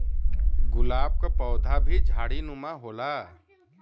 गुलाब क पौधा भी झाड़ीनुमा होला